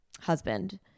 husband